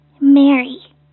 Mary